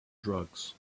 drugs